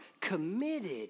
committed